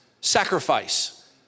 Sacrifice